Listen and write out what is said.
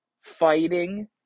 fighting